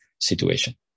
situation